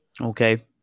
Okay